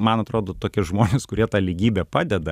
man atrodo tokie žmonės kurie tą lygybę padeda